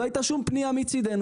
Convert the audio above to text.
לא הייתה שום פנייה מצדנו,